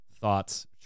thoughts